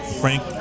Frank